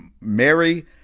Mary